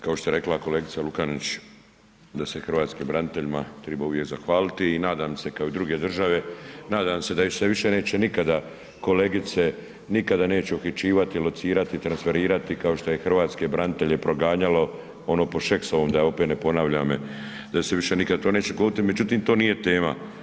Kao što je rekla kolega Lukačić da se hrvatske braniteljima treba uvijek zahvaliti i nadam se kao i druge države, nadam se da se više neće nikada kolegice, nikada neće uhićivati, locirati, transferirati kao što je hrvatske branitelje ono po Šeksovom da opet ne ponavljam, da se više nikad to neće dogoditi međutim to nije tema.